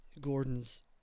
Gordon's